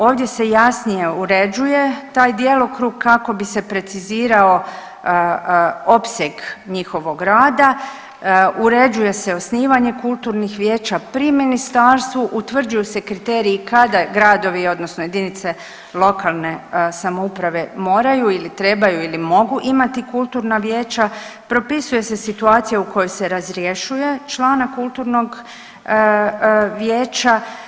Ovdje se jasnije uređuje taj djelokrug kako bi se precizirao opseg njihovog rada, uređuje se osnivanje kulturnih vijeća pri ministarstvu, utvrđuju se kriteriji kada gradovi odnosno jedinice lokalne samouprave moraju ili trebaju ili mogu imati kulturna vijeća, propisuje se situacija u kojoj se razrješuje člana kulturnog vijeća.